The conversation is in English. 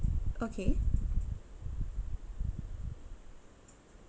okay